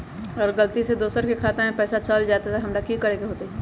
अगर गलती से दोसर के खाता में पैसा चल जताय त की करे के होतय?